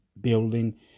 building